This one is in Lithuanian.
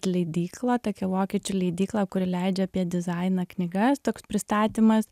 leidykla tokia vokiečių leidykla kuri leidžia apie dizainą knygas toks pristatymas